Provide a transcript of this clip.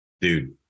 Dude